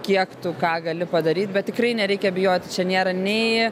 kiek tu ką gali padaryt bet tikrai nereikia bijoti čia nėra nei